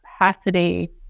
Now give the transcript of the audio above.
capacity